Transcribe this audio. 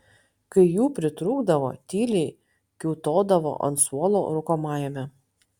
kai jų pritrūkdavo tyliai kiūtodavo ant suolo rūkomajame